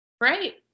Right